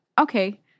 Okay